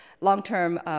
Long-term